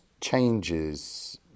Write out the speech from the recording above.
changes